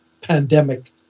Pandemic